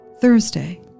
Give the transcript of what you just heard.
Thursday